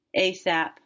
ASAP